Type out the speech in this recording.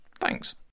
thanks